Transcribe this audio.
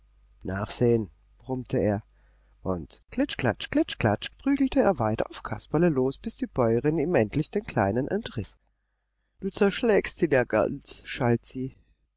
nachsehen brummte er und klitsch klatsch klitsch klatsch prügelte er weiter auf kasperle los bis die bäuerin ihm endlich den kleinen entriß du zerschlägst ihn ja ganz schalt sie